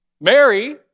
Mary